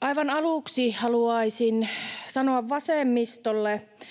Aivan aluksi haluaisin sanoa vasemmistolle,